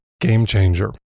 game-changer